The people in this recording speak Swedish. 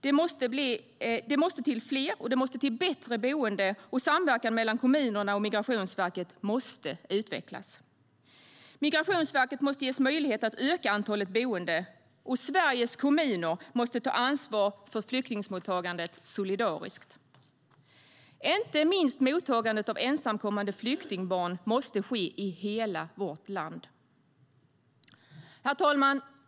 Det måste till fler och bättre boenden, och samverkan mellan kommunerna och Migrationsverket måste utvecklas. Migrationsverket måste ges möjlighet att utöka antalet boenden, och Sveriges kommuner måste solidariskt ta ansvar för flyktingmottagandet. Inte minst mottagandet av ensamkommande flyktingbarn måste ske i hela vårt land. Herr talman!